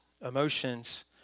emotions